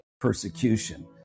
persecution